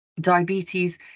Diabetes